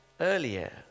earlier